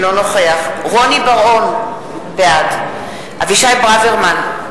אינו נוכח רוני בר-און, בעד אבישי ברוורמן,